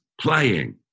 playing